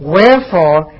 Wherefore